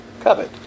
covet